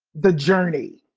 the journey,